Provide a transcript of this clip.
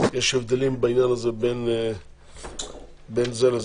יש הבדלים בעניין הזה בין זה לזה.